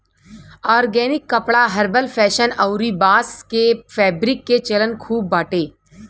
organic कपड़ा herbal fashion अउरी बांस के फैब्रिक के चलन खूब बाटे